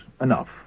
enough